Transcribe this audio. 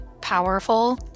powerful